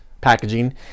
packaging